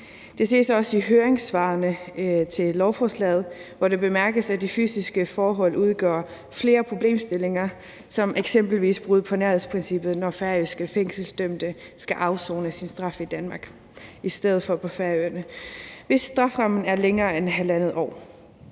Det ses også i høringssvarene til lovforslagene, hvor det bemærkes, at de fysiske forhold udgør flere problemstillinger som eksempelvis brud på nærhedsprincippet, når færøske fængselsdømte skal afsone deres straf i Danmark i stedet for på Færøerne, hvis straffen er længere end 1½ år.